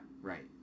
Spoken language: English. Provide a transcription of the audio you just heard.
Right